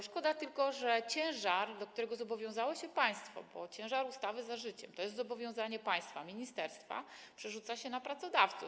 Szkoda tylko, że ciężar, do którego zobowiązało się państwo, bo ciężar ustawy „Za życiem” jest zobowiązaniem państwa, ministerstwa, przerzuca się na pracodawców.